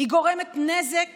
היא גורמת נזק